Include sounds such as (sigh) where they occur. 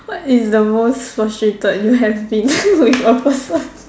what is the most frustrated you have been (laughs) with a person